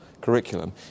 curriculum